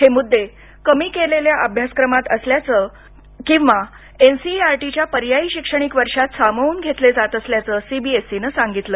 हे मुद्दे कमी केलेल्या अभ्यासक्रमात किंवा एनसीईआरटी च्या पर्यायी शैक्षणिक वर्षात सामावून घेतले जात असल्याचं सीबीएसईन सांगितलं